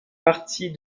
partie